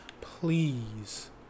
Please